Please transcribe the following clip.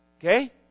Okay